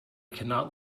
cannot